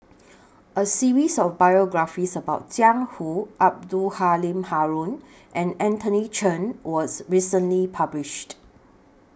A series of biographies about Jiang Hu Abdul Halim Haron and Anthony Chen was recently published